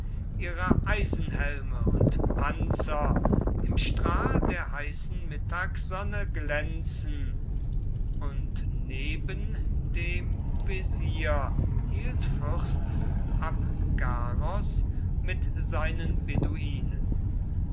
ihre eisenhelme und panzer im strahl der heißen mittagssonne glänzen und neben dem wesir hielt fürst abgaros mit seinen beduinen